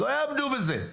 לא יעמדו בזה.